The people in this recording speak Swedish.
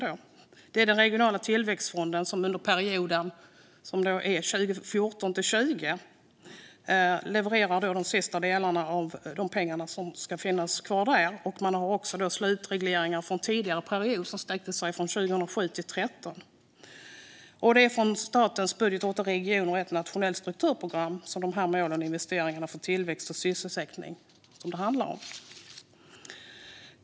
Det är den regionala tillväxtfonden som under perioden 2014-2020 levererar de sista delarna av de pengar som ska finnas kvar där. Man har också slutregleringar från perioden innan, som sträckte sig från 2007-2013. Det är utbetalningarna från statens budget inom regionala utvecklingsfonden till åtta regionala och ett nationellt strukturfondsprogram inom målet för investering för tillväxt och sysselsättning som det handlar om.